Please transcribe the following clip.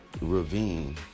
ravine